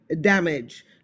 damage